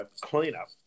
cleanup